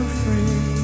free